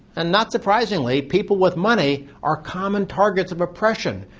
and not surprisingly people with money are common targets of oppression,